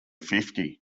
fifty